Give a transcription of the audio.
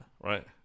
right